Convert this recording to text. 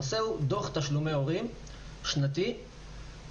הנושא הוא דוח תשלומי הורים שנתי כחלק